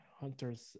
hunter's